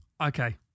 okay